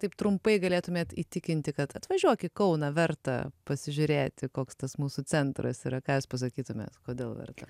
taip trumpai galėtumėt įtikinti kad atvažiuok į kauną verta pasižiūrėti koks tas mūsų centras yra ką jūs pasakytumėt kodėl verta